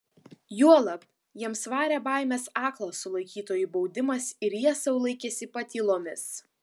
juolab jiems varė baimės aklas sulaikytųjų baudimas ir jie sau laikėsi patylomis